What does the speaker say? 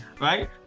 right